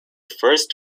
first